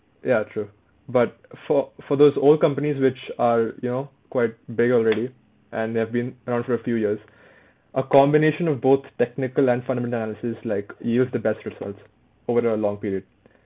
ya true but for for those old companies which are you know quite big already and they have been around for a few years a combination of both technical and fundamental analysis like yields the best results over a long period